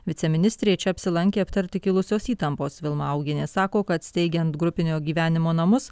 viceministrė čia apsilankė aptarti kilusios įtampos vilma augienė sako kad steigiant grupinio gyvenimo namus